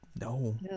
no